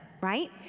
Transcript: right